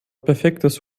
perfektes